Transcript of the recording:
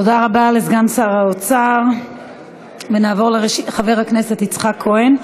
תודה רבה לסגן שר האוצר חבר הכנסת יצחק כהן.